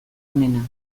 onena